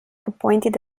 appointed